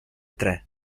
tre